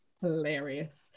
hilarious